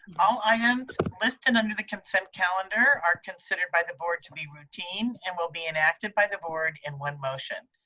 all items listed under the consent calendar are considered by the board to be routine and will be enacted by the board in one motion.